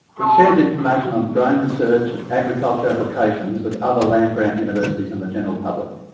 he shares information on drone research and agriculture applications with other land grant universities and the general public.